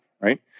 right